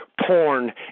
porn